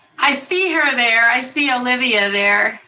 i see her there. i see olivia there.